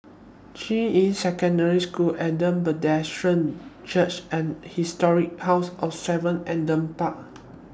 Juying Secondary School Adam Road Presbyterian Church and Historic House of seven Adam Park